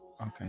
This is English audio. Okay